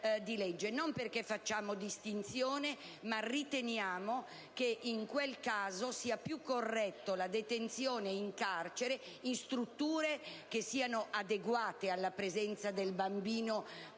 non perché facciamo distinzioni, ma perché riteniamo che in quel caso sia più corretta la detenzione in carcere, in strutture adeguate alla presenza del bambino,